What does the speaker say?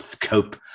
cope